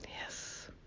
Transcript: Yes